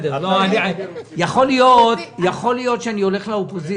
יכול להיות שאני הולך לאופוזיציה.